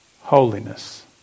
holiness